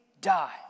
die